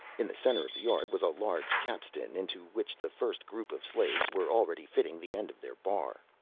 in the center of the yard was a large capstan into which the first group of slaves were already fitting the end of their bar.